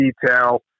detail